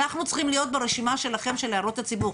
אנחנו צריכים להיות ברשימה שלכם של הערות הציבור.